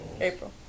April